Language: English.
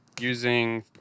using